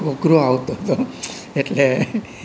ઘોઘરો આવતો તો એટલે